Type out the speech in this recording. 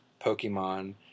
Pokemon